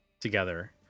together